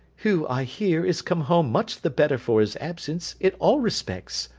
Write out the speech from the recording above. who, i hear, is come home much the better for his absence in all respects.